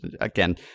Again